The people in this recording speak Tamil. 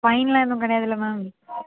ஃபைனெல்லாம் எதுவும் கிடையாதில்ல மேம்